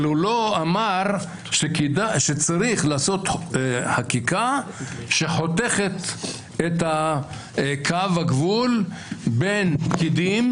אבל הוא לא אמר שצריך לעשות חקיקה שחותכת את קו הגבול בין פקידים,